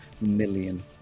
million